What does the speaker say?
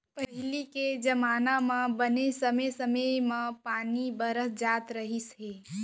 पहिली के जमाना म बने समे समे म पानी बरस जात रहिस हे